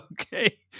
Okay